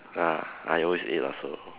ah I always eat lah so